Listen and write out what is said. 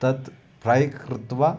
तत् प्रै कृत्वा